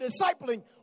discipling